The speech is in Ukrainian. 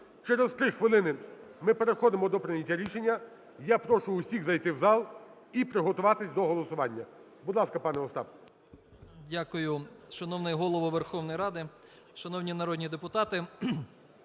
Через 3 хвилини ми переходимо до прийняття рішення. Я прошу всіх зайти в залі і приготуватись до голосування. Будь ласка, пане Остап. 17:48:46 СЕМЕРАК О.М. Дякую. Шановний Голово Верховної Ради, шановні народні депутати,